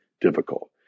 difficult